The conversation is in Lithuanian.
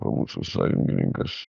mūsų sąjungininkas